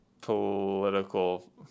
political